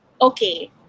Okay